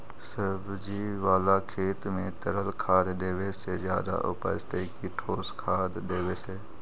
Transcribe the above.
सब्जी बाला खेत में तरल खाद देवे से ज्यादा उपजतै कि ठोस वाला खाद देवे से?